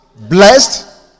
blessed